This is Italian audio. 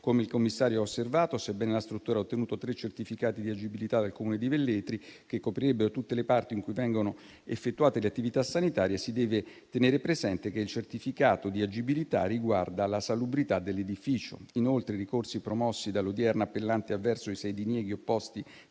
come il commissario ha osservato, sebbene la struttura ha ottenuto tre certificati di agibilità dal Comune di Velletri, che coprirebbero tutte le parti in cui vengono effettuate le attività sanitarie, si deve tenere presente che il certificato di agibilità riguarda la salubrità dell'edificio. Inoltre i ricorsi promossi dall'odierno appellante avverso ai sei dinieghi opposti